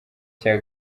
cya